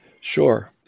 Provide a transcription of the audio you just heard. Sure